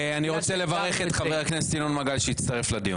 אני לקחתי את הסמכות שלי,